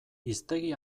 hiztegi